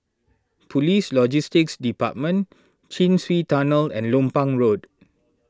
Police Logistics Department Chin Swee Tunnel and Lompang Road